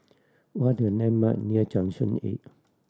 what are the landmark near Junction Eight